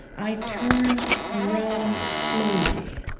i turn around slowly.